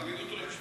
יפה מאוד.